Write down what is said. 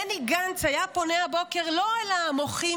בני גנץ היה פונה הבוקר לא אל המוחים